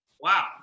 Wow